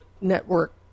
network